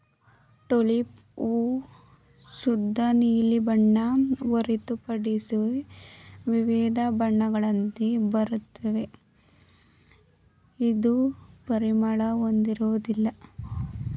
tulip ಹೂ ಶುದ್ಧ ನೀಲಿ ಬಣ್ಣ ಹೊರತುಪಡಿಸಿ ವಿವಿಧ ಬಣ್ಣಗಳಲ್ಲಿ ಬರುತ್ವೆ ಇದು ಪರಿಮಳ ಹೊಂದಿರೋದಿಲ್ಲ